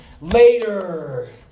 later